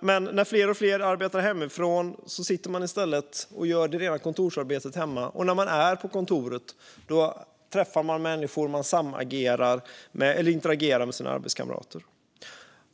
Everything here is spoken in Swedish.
men när fler och fler arbetar hemifrån sitter man i stället och gör det rena kontorsarbetet hemma, och när man är på kontoret träffar man människor och interagerar med sina arbetskamrater.